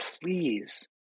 please